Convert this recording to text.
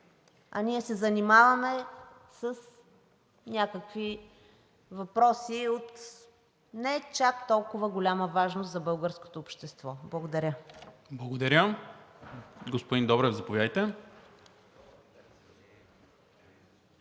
а ние се занимаваме с някакви въпроси от не чак толкова голяма важност за българското общество. Благодаря. ПРЕДСЕДАТЕЛ НИКОЛА МИНЧЕВ: Благодаря. Господин Добрев, заповядайте.